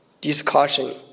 discussion